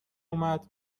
اومد